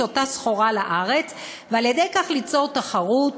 אותה סחורה לארץ ועל-ידי כך ליצור תחרות